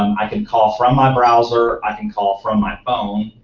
um i can call from my browser. i can call from my phone.